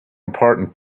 important